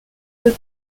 deux